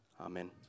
Amen